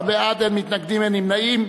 15 בעד, אין מתנגדים, אין נמנעים.